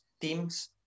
teams